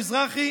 מזרחי,